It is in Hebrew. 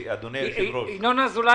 היושב-ראש.